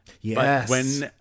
Yes